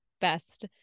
best